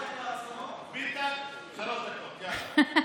ביטן, שלוש דקות, יאללה.